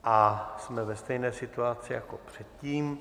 A jsme ve stejné situaci jako předtím.